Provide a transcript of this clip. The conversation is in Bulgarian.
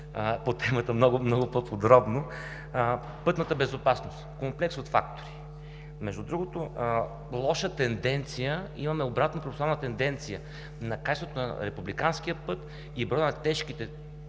по темата много по-подробно. Пътната безопасност – комплекс от фактори. Между другото, лоша тенденция, имаме обратно пропорционално тенденция на качеството на републиканския път и броя на тежките